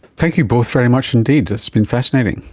thank you both very much indeed, it's been fascinating.